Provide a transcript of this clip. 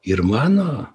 ir mano